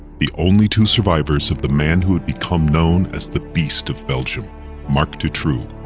the only two survivors of the man who would become known as the beast of belgium marc dutroux.